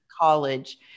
college